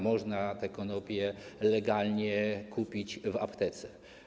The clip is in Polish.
Można te konopie legalnie kupić w aptece.